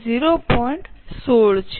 16 છે